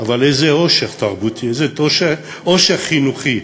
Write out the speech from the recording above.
אבל איזה עושר תרבותי, איזה עושר חינוכי,